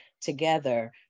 together